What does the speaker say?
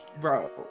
Bro